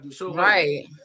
Right